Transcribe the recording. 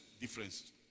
difference